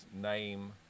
name